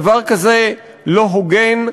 דבר כזה לא הוגן,